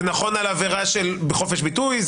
זה נכון על עבירה בחופש ביטוי,